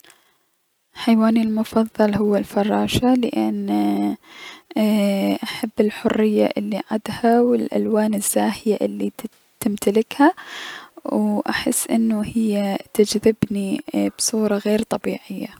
حيواني المفضل هي الفراشة لأن ايي- احب الحرية الي عدها و الألوان الزاهية الي تم تمتلكها و احس انو هي تجذبني بصورة غير طبيعية.